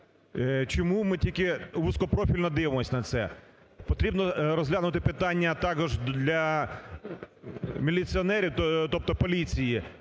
Чому ми тільки вузькопрофільно дивимося на це? Потрібно розглянути питання також для міліціонерів, тобто поліції,